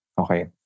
Okay